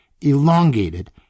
elongated